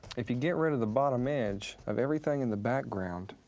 if you get rid of the bottom edge of everything in the background,